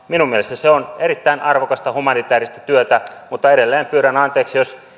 minun mielestäni se on erittäin arvokasta humanitääristä työtä mutta edelleen pyydän anteeksi jos